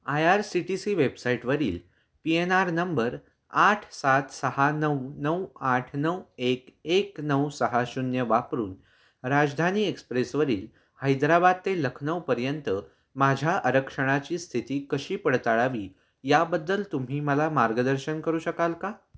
I R C T C वेबसाईटवरील P N R number आठ सात सहा नऊ नऊ आठ नऊ एक एक नऊ सहा शून्य वापरून राजधानी एक्सप्रेसवरील हैदराबाद ते लखनऊपर्यंत माझ्या आरक्षणाची स्थिती कशी पडताळावी याबद्दल तुम्ही मला मार्गदर्शन करू शकाल का